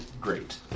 great